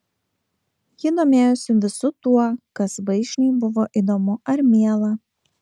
ji domėjosi visu tuo kas vaišniui buvo įdomu ar miela